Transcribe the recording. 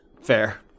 fair